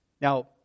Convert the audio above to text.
Now